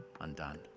undone